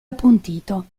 appuntito